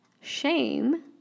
Shame